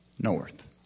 north